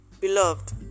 Beloved